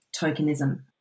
tokenism